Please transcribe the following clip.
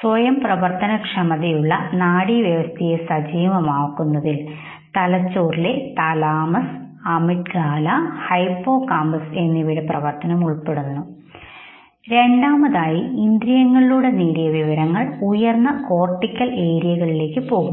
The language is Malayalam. സ്വയം പ്രവർത്തന ക്ഷമതയുള്ള നാഡീവ്യവസ്ഥയെ സജീവമാക്കുന്നതിൽ തലച്ചോറിലെ തലാമസ് അമിഗ്ഡാല ഹൈപ്പോകാമ്പസ് എന്നിവയുടെ പ്രവർത്തനം ഉൾപ്പെടുന്നു രണ്ടാമതായിഇന്ദ്രിയങ്ങളിലൂടെ നേടിയ വിവരങ്ങൾ ഉയർന്ന കോർട്ടിക്കൽ ഏരിയകളിലേക്ക് പോകുന്നു